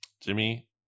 Jimmy